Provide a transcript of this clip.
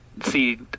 see